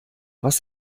was